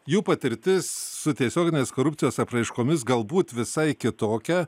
jų patirtis su tiesioginiais korupcijos apraiškomis galbūt visai kitokia